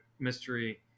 mystery